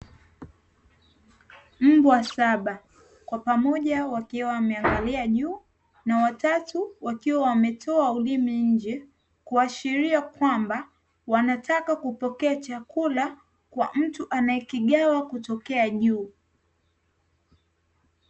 Mbwa saba kwa pamoja wakiwa wameangalia juu na watatu wakiwa wametoka ulimi nje, kuashiria kwamba wanataka kupokea chakula, kwa mtu anayekigawa kutokea juu.